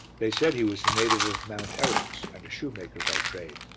they said he was a native of mount eryx and a shoemaker by trade.